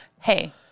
Hey